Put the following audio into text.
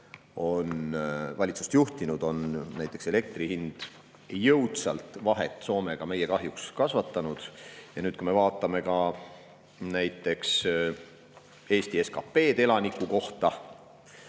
valitsust juhtinud, on näiteks elektri hinna vahe Soomega meie kahjuks jõudsalt kasvanud. Ja nüüd, kui me vaatame ka näiteks Eesti SKP‑d elaniku kohta,